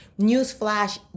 newsflash